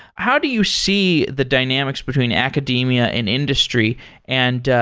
how do you see the dynamics between academia and industry and,